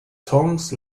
tongs